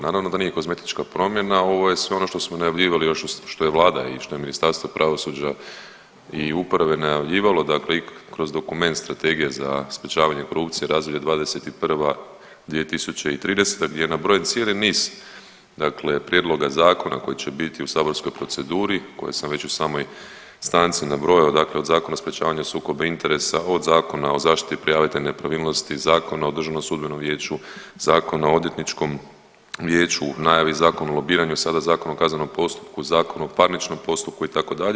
Naravno da nije kozmetička promjena, ovo je sve ono što smo najavljivali još što je Vlada i što je Ministarstvo pravosuđa i uprave najavljivalo, dakle i kroz dokument Strategije za sprječavanje korupcije razdoblje '21/2030. gdje je nabrojen cijeli niz, dakle prijedloga zakona koji će biti u saborskoj proceduri koje sam već u samoj stanci nabrojao, dakle od Zakona o sprječavanju sukoba interesa, od Zakona o zaštiti prijavitelja nepravilnosti, Zakona o Državnom sudbenom vijeću, Zakona o Odvjetničkom vijeću, u najavi Zakon o lobiranju, sada Zakon o kaznenom postupku, Zakon o parničnom postupku itd.